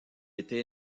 était